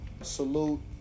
salute